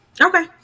Okay